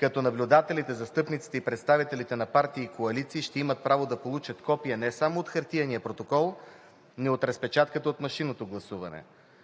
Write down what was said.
като наблюдателите, застъпниците и представителите на партии и коалиции ще имат право да получат копие не само от хартиения протокол, но и от разпечатката от машинното гласуване.